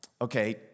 okay